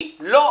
היא לא.